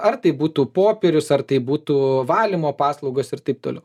ar tai būtų popierius ar tai būtų valymo paslaugos ir taip toliau